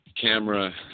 camera